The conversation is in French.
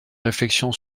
réflexion